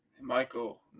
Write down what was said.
Michael